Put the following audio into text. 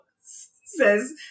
Says